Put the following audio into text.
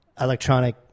electronic